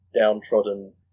downtrodden